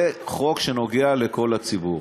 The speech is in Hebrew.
זה חוק שנוגע לכל הציבור.